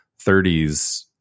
30s